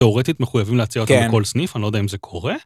תיאורטית מחויבים להציע אותם בכל סניף, אני לא יודע אם זה קורה.